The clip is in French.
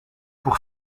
pour